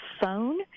phone